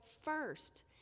first